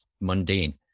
mundane